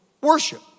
worship